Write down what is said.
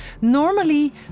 Normally